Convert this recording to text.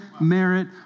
merit